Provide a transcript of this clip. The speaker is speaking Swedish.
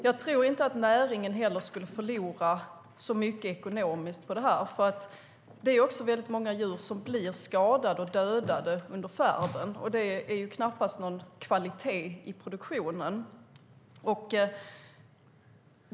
Jag tror inte att näringen skulle förlora så mycket ekonomiskt på det här. Det är många djur som blir skadade och dödade under färden, och det innebär knappast någon kvalitet i produktionen.